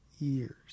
years